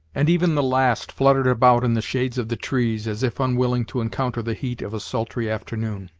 and even the last fluttered about in the shades of the trees, as if unwilling to encounter the heat of a sultry afternoon.